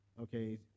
okay